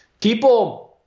people –